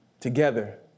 Together